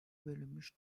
bölünmüş